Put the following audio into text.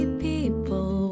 people